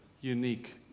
unique